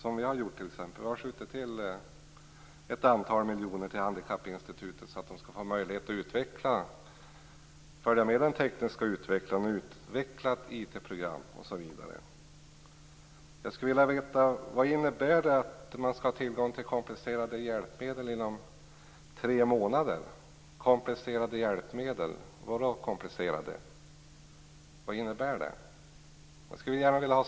Vi har t.ex. skjutit till ett antal miljoner till Handikappinstitutet, för att de där skall få möjlighet att följa med i den tekniska utvecklingen, utveckla IT-program, osv. Jag skulle gärna vilja ha svar på frågan: Vad innebär det att man skall ha tillgång till komplicerade hjälpmedel inom tre månader? Vad innebär "komplicerade hjälpmedel"?